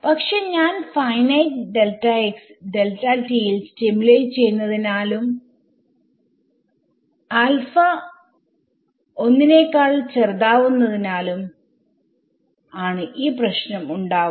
പക്ഷെ ഞാൻ ഫൈനൈറ്റ് ൽ സിമുലേറ്റ് ചെയ്യുന്നതിനാലും തിരഞ്ഞെടുതത്തിനാലും ആണ് ഈ പ്രശ്നം ഉണ്ടാവുന്നത്